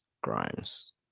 Grimes